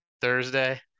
Thursday